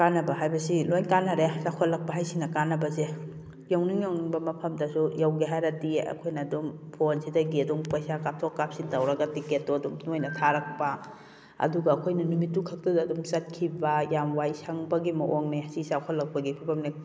ꯀꯥꯟꯅꯕ ꯍꯥꯏꯕꯁꯤ ꯂꯣꯏꯅ ꯀꯥꯟꯅꯔꯦ ꯆꯥꯎꯈꯠꯂꯛꯄ ꯍꯥꯏꯁꯤꯅ ꯀꯥꯟꯅꯕꯁꯦ ꯌꯧꯅꯤꯡ ꯌꯧꯅꯤꯡꯕ ꯃꯐꯝꯗꯁꯨ ꯌꯧꯒꯦ ꯍꯥꯏꯔꯗꯤ ꯑꯩꯈꯣꯏꯅ ꯑꯗꯨꯝ ꯐꯣꯟꯁꯤꯗꯒꯤ ꯑꯗꯨꯝ ꯄꯩꯁꯥ ꯀꯥꯞꯊꯣꯛ ꯀꯥꯞꯁꯤꯟ ꯇꯧꯔꯒ ꯇꯤꯀꯦꯠꯇꯨ ꯑꯗꯨꯝ ꯃꯣꯏꯅ ꯊꯥꯔꯛꯄ ꯑꯗꯨꯒ ꯑꯩꯈꯣꯏꯅ ꯅꯨꯃꯤꯠꯇꯨ ꯈꯛꯇꯗ ꯑꯗꯨꯝ ꯆꯠꯈꯤꯕ ꯌꯥꯝ ꯋꯥꯏ ꯁꯪꯕꯒꯤ ꯃꯑꯣꯡꯅꯦ ꯁꯤ ꯆꯥꯎꯈꯠꯂꯛꯄꯒꯤ ꯈꯨꯗꯝꯅꯦ